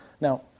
Now